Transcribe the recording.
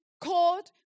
called